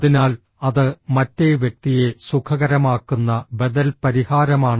അതിനാൽ അത് മറ്റേ വ്യക്തിയെ സുഖകരമാക്കുന്ന ബദൽ പരിഹാരമാണ്